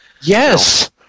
Yes